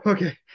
Okay